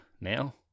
now